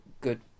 good